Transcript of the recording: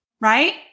Right